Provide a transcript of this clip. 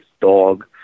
dog